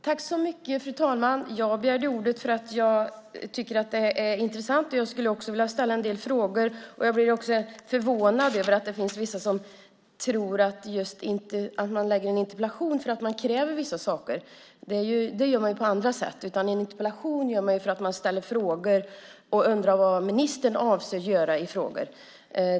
Fru talman! Jag begärde ordet för att jag tycker att det här är intressant. Jag skulle också vilja ställa en del frågor. Jag blir förvånad över att det finns vissa som tror att man ställer en interpellation för att man kräver vissa saker. Det gör man på andra sätt. En interpellation ställer man för att få ställa frågor och för att man undrar vad ministern avser att göra i en fråga.